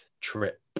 trip